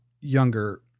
younger